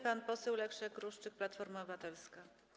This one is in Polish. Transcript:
Pan poseł Leszek Ruszczyk, Platforma Obywatelska.